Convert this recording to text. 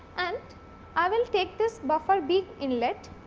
and i will take this buffer b inlet